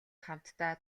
хамтдаа